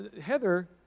Heather